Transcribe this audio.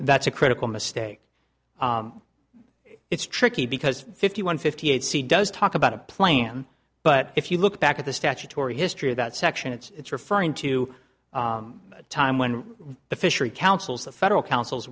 that's a critical mistake it's tricky because fifty one fifty eight c does talk about a plan but if you look back at the statutory history of that section it's referring to a time when the fishery councils the federal council